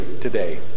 today